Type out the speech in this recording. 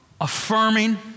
affirming